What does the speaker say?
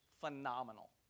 phenomenal